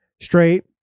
straight